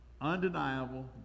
undeniable